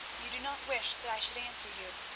you do not wish that i should answer you,